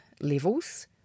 levels